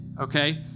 okay